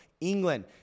England